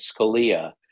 Scalia